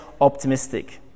optimistic